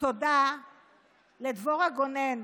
תודה לדבורה גונן,